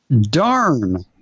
Darn